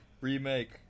Remake